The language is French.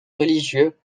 religieux